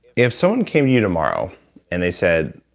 if someone came to you tomorrow and they said,